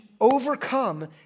overcome